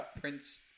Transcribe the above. Prince